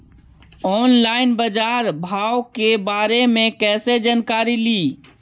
Online बाजार भाव के बारे मे कैसे जानकारी ली?